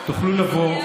תוכלו לבוא.